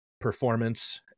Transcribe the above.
performance